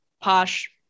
posh